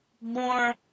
more